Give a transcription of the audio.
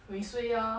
when you suay lor